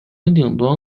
顶端